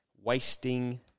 wasting